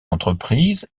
entreprise